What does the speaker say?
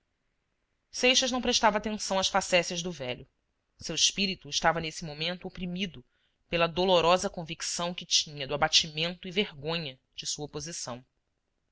seixas não prestava atenção às facécias do velho seu espírito estava nesse momento oprimido pela dolorosa convicção que tinha do abatimento e vergonha de sua posição